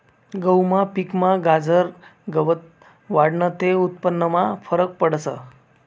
गहूना पिकमा गाजर गवत वाढनं ते उत्पन्नमा फरक पडस